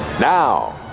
Now